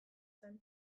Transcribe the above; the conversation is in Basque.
zen